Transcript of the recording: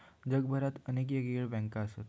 जगभरात अनेक येगयेगळे बँको असत